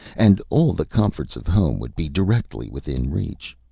and all the comforts of home would be directly within reach.